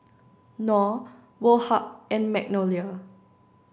Knorr Woh Hup and Magnolia